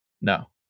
No